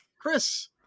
Chris